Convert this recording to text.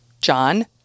John